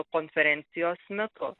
konferencijos metu